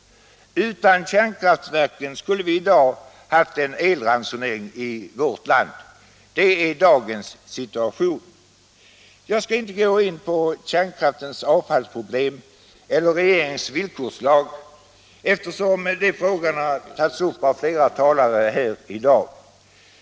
Utan kärnkraftverken skulle vi i dag ha haft elransonering i vårt land. Det är dagens situation. Jag skall inte gå in på kärnkraftens avfallsproblem eller regeringens villkorslag, eftersom de frågorna redan har tagits upp av flera talare här i dag.